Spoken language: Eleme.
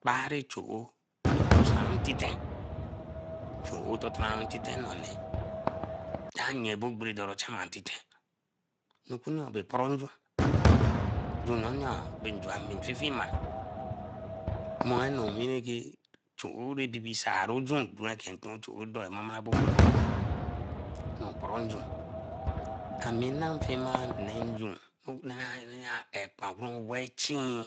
Kpari chouy rein usan titen chouy tatan ran titen no nee, tien bo gbere atiten nukini bae a poroo njo. Amefifima moen owino ke ocouy sere bisarujon juen ke chouy doe mamara bombolo e ooo. No poroo njun. Amemafina nenjun epawe chin.